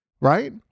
right